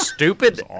Stupid